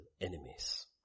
enemies